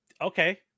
Okay